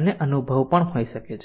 અને અનુભવ પણ હોઈ શકે છે